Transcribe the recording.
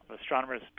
astronomers